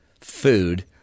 food